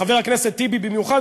חבר הכנסת טיבי במיוחד,